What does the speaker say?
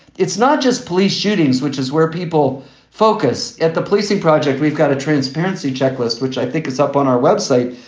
it's not just police shootings, which is where people focus at the policing project. we've got a transparency checklist, which i think is up on our website.